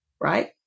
right